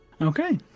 okay